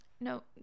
no